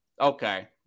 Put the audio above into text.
Okay